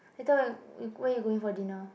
later where you where you going for dinner